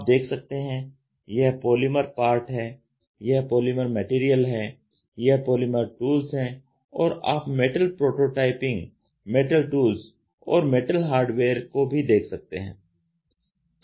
आप देख सकते हैं यह पॉलीमर पार्ट है यह पॉलीमर मैटेरियल है यह पॉलीमर टूल्स हैं और आप मेटल प्रोटोटाइपिंग मेटल टूल्स और मेटल हार्डवेयर को भी देख सकते हैं